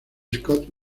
scott